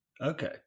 Okay